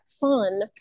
fun